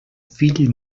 fill